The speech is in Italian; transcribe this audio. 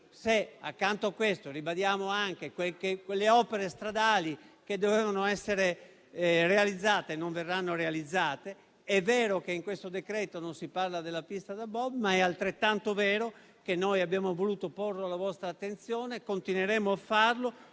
Accanto a questo ribadiamo che quelle opere stradali che dovevano essere realizzate non verranno realizzate. È vero che in questo decreto-legge non si parla della pista da bob, ma è altrettanto vero che noi abbiamo voluto porre il tema alla vostra attenzione e continueremo a farlo